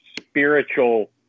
spiritual